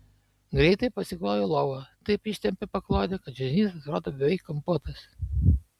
greitai pasikloju lovą taip ištempiu paklodę kad čiužinys atrodo beveik kampuotas